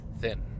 thin